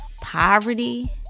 poverty